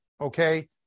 okay